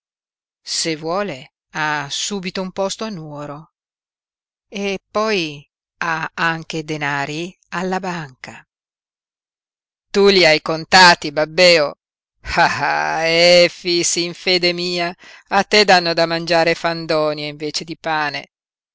se vuole ha subito un posto a nuoro eppoi ha anche denari alla banca tu li hai contati babbèo ah efix in fede mia a te danno da mangiare fandonie invece di pane